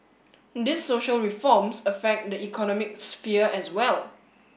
these social reforms affect the economic sphere as well